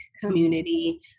community